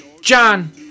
John